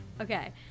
Okay